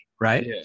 right